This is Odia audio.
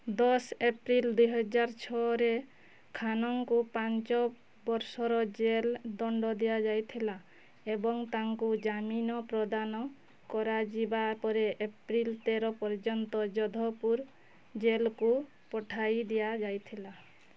ଦଶ ଏପ୍ରିଲ୍ ଦୁଇହଜାର ଛଅରେ ଖାନଙ୍କୁ ପାଞ୍ଚ ବର୍ଷର ଜେଲ୍ ଦଣ୍ଡ ଦିଆଯାଇଥିଲା ଏବଂ ତାଙ୍କୁ ଜାମିନ ପ୍ରଦାନ କରାଯିବା ପରେ ଏପ୍ରିଲ୍ ତେର ପର୍ଯ୍ୟନ୍ତ ଯୋଧପୁର ଜେଲ୍କୁ ପଠାଇ ଦିଆଯାଇଥିଲା